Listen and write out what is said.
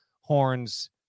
Horns